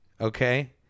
Okay